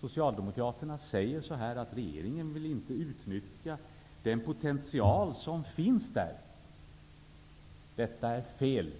Socialdemokraterna säger att regeringen inte vill utnyttja den potential som finns där. Detta är fel.